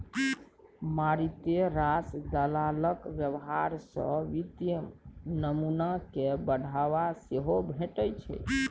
मारिते रास दलालक व्यवहार सँ वित्तीय नमूना कए बढ़ावा सेहो भेटै छै